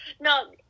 No